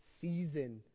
season